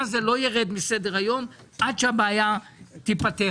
הזה לא ירד מסדר-היום עד שהבעיה תיפתר.